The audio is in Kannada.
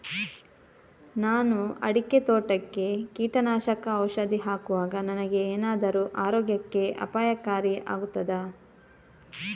ನಾನು ಅಡಿಕೆ ತೋಟಕ್ಕೆ ಕೀಟನಾಶಕ ಔಷಧಿ ಹಾಕುವಾಗ ನನಗೆ ಏನಾದರೂ ಆರೋಗ್ಯಕ್ಕೆ ಅಪಾಯಕಾರಿ ಆಗುತ್ತದಾ?